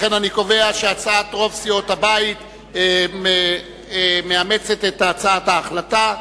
לכן אני קובע שרוב סיעות הבית מאמצות את הצעת ההחלטה.